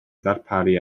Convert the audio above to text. ddarparu